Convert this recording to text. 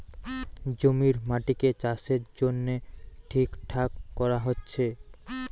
জমির মাটিকে চাষের জন্যে ঠিকঠাক কোরা হচ্ছে